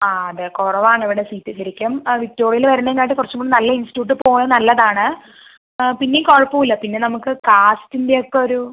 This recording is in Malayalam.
ആ അതെ കുറവാണ് ഇവിടെ സീറ്റ് ശരിക്കും ആ വിക്ടോറിയയിൽ വരണേക്കാട്ടിലും കുറച്ചും കൂടെ നല്ല ഇൻസ്റ്റിട്യൂട്ട് നല്ലത് ആണ് പിന്നെയും കുഴപ്പം ഇല്ല പിന്നെ ന മുക്ക് കാസ്റ്റിൻ്റെ ഒക്കെ ഒരു